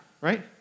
right